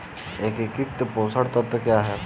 एकीकृत पोषक तत्व क्या है?